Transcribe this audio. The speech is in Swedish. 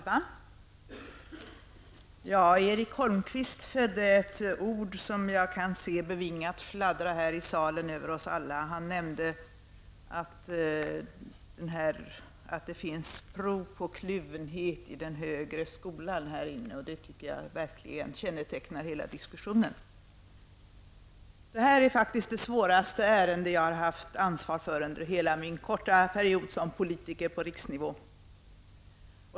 Herr talman! Erik Holmkvist fällde ett ord som jag kan se bevingat fladdra här i salen över oss alla. Han sade att det finns prov på kluvenhet av den högre skolan här inne, och det tycker jag verkligen kännetecknar hela denna diskussion. Det här är det svåraste ärende jag har haft ansvar för under hela min korta period som politiker på riksnivå.